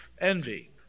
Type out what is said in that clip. Envy